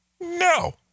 No